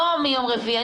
לא רק מיום רביעי.